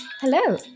Hello